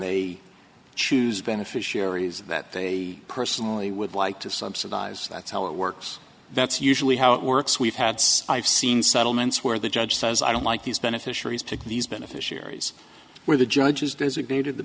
they choose beneficiaries that they personally would like to subsidize that's how it works that's usually how it works we've had since i've seen settlements where the judge says i don't like these beneficiaries to these beneficiaries where the judges designated the